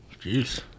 Jeez